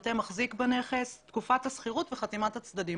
פרטי המחזיק בנכס, תקופת השכירות וחתימת הצדדים.